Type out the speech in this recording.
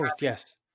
yes